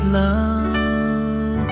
love